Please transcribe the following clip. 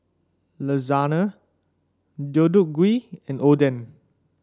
Lasagna Deodeok Gui and Oden